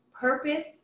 Purpose